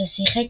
ששיחק